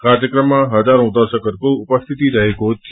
कार्यक्रममा हजारौं दर्शकहरूको उपस्थिति रहेको थियो